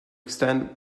extent